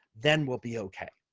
then we'll be okay.